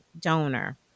donor